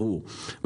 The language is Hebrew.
ברור.